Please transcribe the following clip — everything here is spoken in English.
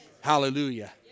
Hallelujah